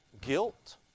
guilt